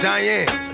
Diane